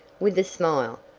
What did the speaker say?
with a smile,